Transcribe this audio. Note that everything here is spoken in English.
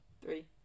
Three